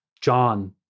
John